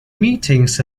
meetings